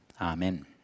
Amen